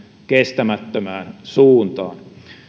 kestämättömään suuntaan